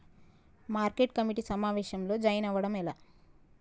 Market committee సమావేశంలో join అవ్వడం ఎలా?